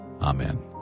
Amen